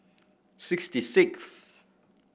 sixty sixth